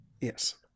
Yes